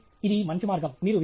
మరియు ఇది మంచి మార్గం